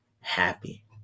happy